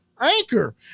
anchor